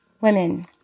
women